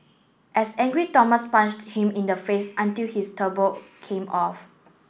as angry Thomas punched him in the face until his turban came off